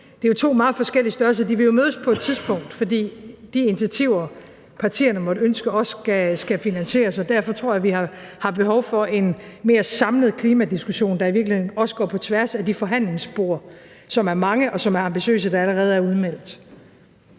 Det er jo to meget forskellige størrelser. De vil jo mødes på et tidspunkt, fordi de initiativer, partierne måtte ønske, også skal finansieres. Derfor tror jeg, at vi har behov for en mere samlet klimadiskussion, der i virkeligheden også går på tværs af de forhandlingsspor, som er mange og ambitiøse, og som allerede er udmeldt.